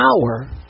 power